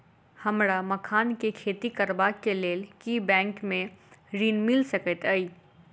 हमरा मखान केँ खेती करबाक केँ लेल की बैंक मै ऋण मिल सकैत अई?